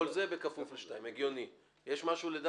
זה אומר שכל --- כל זה בכפוף ל-(2).